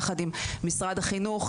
יחד עם משרד החינוך,